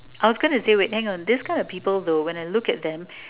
I was going to say wait hang on this kind of people though when I look at them